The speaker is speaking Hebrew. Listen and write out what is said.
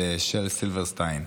של של סילברסטיין.